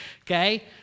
okay